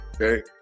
Okay